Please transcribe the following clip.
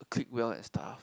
click well and stuff